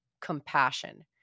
compassion